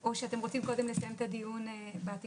או שאתם רוצים קודם לסיים את הדיון בתיקונים